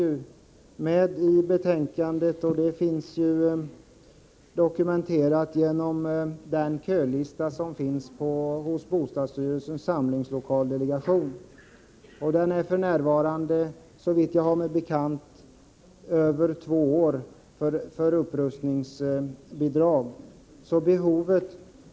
Det nämns i betänkandet och finns dokumenterat genom kölistan hos bostadsstyrelsens samlingslokaldelegation. Såvitt jag vet är väntetiden två år när det gäller upprustningsbidrag.